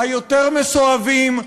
היותר-מסואבים,